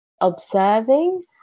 observing